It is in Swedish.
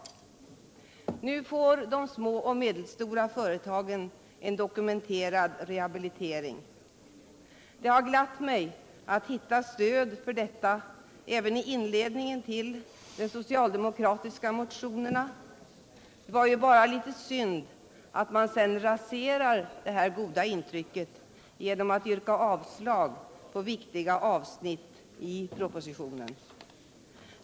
101 Nu får de små och medelstora företagen sin dokumenterade rehabilitering. Det gläder mig att hitta stöd för detta även i inledningen till de socialdemokratiska motionerna. Det är bara synd att man i de senare raserar det goda intrycket genom att yrka avslag på viktiga avsnitt i propositionen.